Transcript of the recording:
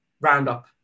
roundup